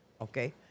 okay